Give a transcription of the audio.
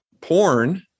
Porn